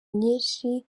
nyinshi